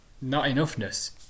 Not-enoughness